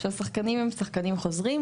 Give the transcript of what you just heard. שהשחקנים הם שחקנים חוזרים.